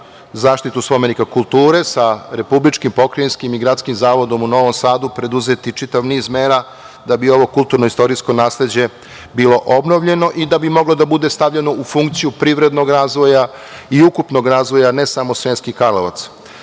zaštitu spomenika kulture, sa republičkim, pokrajinskim i gradskim zavodom u Novom Sadu, preduzeti čitav niz mera da bi ovo kulturno-istorijsko nasleđe bilo obnovljeno i da bi moglo da bude stavljeno u funkciju privrednog razvoja i ukupnog razvoja, ne samo Sremskih Karlovaca. Moram